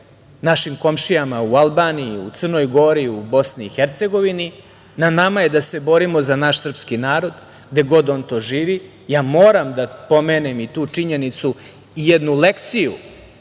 našim komšijama u Albaniji, u Crnoj Gori, u BiH, na nama je da se borimo za naš srpski narod, gde god on to živi. Moram da pomenem i tu činjenicu i jednu lekciju